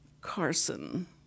Carson